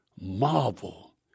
marvel